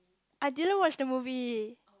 I didn't watch the movie